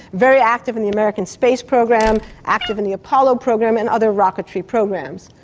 very active in the american space program, active in the apollo program and other rocketry programs.